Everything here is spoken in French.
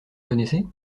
connaissez